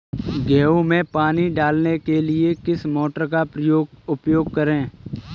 गेहूँ में पानी डालने के लिए किस मोटर का उपयोग करें?